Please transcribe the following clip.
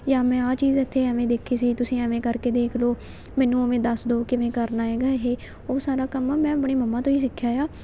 ਜਾਂ ਮੈਂ ਆਹ ਚੀਜ਼ ਇੱਥੇ ਐਵੇਂ ਦੇਖੀ ਸੀ ਤੁਸੀਂ ਐਵੇਂ ਕਰਕੇ ਦੇਖ ਲਓ ਮੈਨੂੰ ਐਵੇਂ ਦੱਸ ਦਿਉ ਕਿਵੇਂ ਕਰਨਾ ਹੈਗਾ ਇਹ ਉਹ ਸਾਰਾ ਕੰਮ ਮੈਂ ਆਪਣੀ ਮੰਮਾ ਤੋਂ ਹੀ ਸਿੱਖਿਆ ਏ ਆ